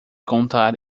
contar